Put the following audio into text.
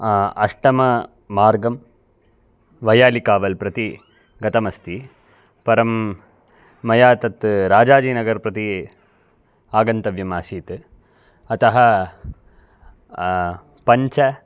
अष्टममार्गं वयालिकावल् प्रति गतम् अस्ति परं मया तत् राजाजीनगर् प्रति आगन्तव्यम् आसीत् अतः पञ्च